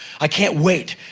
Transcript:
i can't wait!